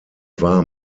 war